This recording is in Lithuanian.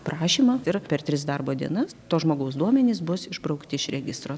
prašymą ir per tris darbo dienas to žmogaus duomenys bus išbraukti iš registro